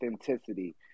authenticity